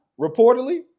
reportedly